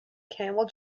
camel